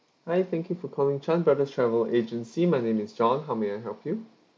hi thank you for calling chan brothers travel agency my name is john how may I help you